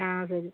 ആ ശരി